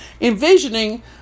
envisioning